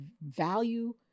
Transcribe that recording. value